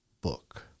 book